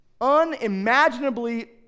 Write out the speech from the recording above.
unimaginably